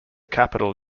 capital